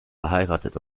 verheiratet